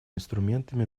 инструментами